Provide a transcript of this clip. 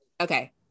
Okay